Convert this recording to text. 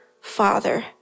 father